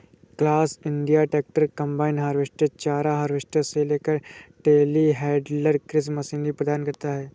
class India tractor, combine harvester, चारा harvester से लेकर टेलीहैंडलर कृषि मशीनरी प्रदान करता है